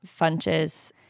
Funches